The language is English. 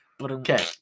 okay